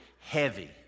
heavy